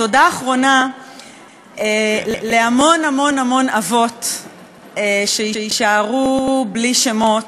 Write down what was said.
תודה אחרונה להמון המון אבות שיישארו בלי שמות,